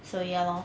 so ya lor